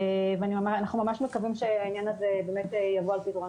אנחנו ממש מקווים שהעניין הזה באמת יבוא על פתרונות.